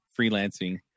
freelancing